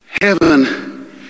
heaven